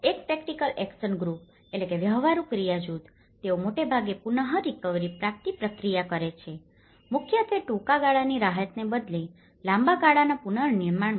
એક practical action ગ્રુપpractical action groupવ્યવહારુ ક્રિયા જૂથ તેઓ મોટાભાગે પુન રીકવરી પ્રાપ્તિ પ્રક્રિયા પર કરે છે મુખ્યત્વે ટૂંકા ગાળાની રાહતને બદલે લાંબા ગાળાના પુનર્નિર્માણમાં